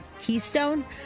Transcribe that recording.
Keystone